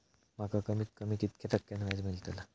माका कमीत कमी कितक्या टक्क्यान व्याज मेलतला?